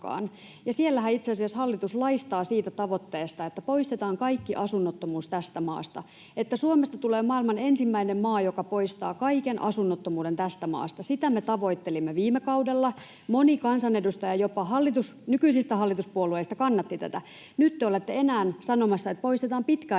Siellähän itse asiassa hallitus laistaa siitä tavoitteesta, että poistetaan kaikki asunnottomuus tästä maasta, että Suomesta tulee maailman ensimmäinen maa, joka poistaa kaiken asunnottomuuden tästä maasta. Sitä me tavoittelimme viime kaudella. Moni kansanedustaja jopa nykyisistä hallituspuolueista kannatti tätä. Nyt te olette enää sanomassa, että poistetaan